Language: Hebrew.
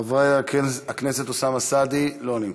חבר הכנסת אוסאמה סעדי, לא נמצא,